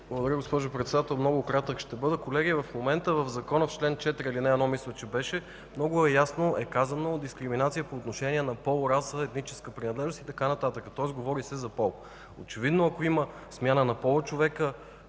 Благодаря Ви, госпожо Председател. Много кратък ще бъда. Колеги, в момента в чл. 4, ал. 1 от Закона, мисля, че беше, много ясно е казано: дискриминация по отношение на пол, раса, етническа принадлежност и така нататък, тоест говори се за пол. Очевидно, ако има смяна на пола,